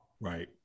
Right